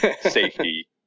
safety